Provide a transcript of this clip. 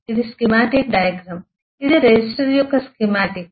ఇది schematic diagram ఇది resistor యొక్క స్కీమాటిక్ ఉంది